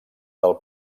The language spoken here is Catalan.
del